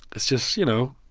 it's just, you know,